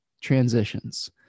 transitions